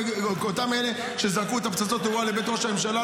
אותם אלה שזרקו את פצצות התאורה לבית ראש הממשלה,